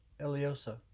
Eliosa